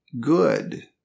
good